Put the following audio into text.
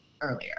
earlier